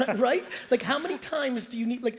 right? like how many times do you need. like